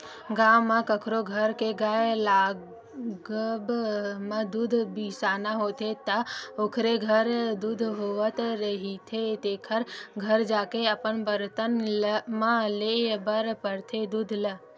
गाँव म कखरो घर के गाय लागब म दूद बिसाना होथे त जेखर घर दूद होवत रहिथे तेखर घर जाके अपन बरतन म लेय बर परथे दूद ल